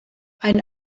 ein